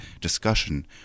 discussion